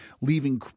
leaving